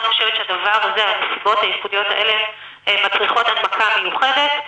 חושבת שהנסיבות הייחודיות האלה מצריכות הנמקה מיוחדת.